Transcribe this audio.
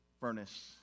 furnace